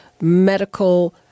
medical